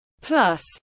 Plus